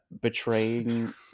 betraying